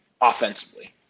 offensively